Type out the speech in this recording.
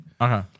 Okay